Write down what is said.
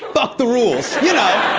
fuck the rules. you know,